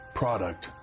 product